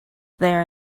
there